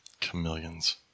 Chameleons